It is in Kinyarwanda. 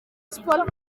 sports